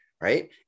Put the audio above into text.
right